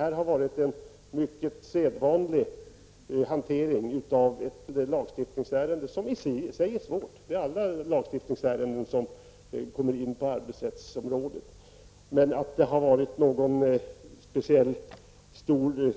Här har skett en sedvanlig hantering av ett lagstiftningsärende som i sig är svårt. Det är alla lagstiftningsärenden inom arbetsrättens område. Jag vill påstå att det inte varit något